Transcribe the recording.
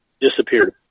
disappeared